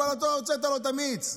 אבל אתה הוצאת לו את המיץ.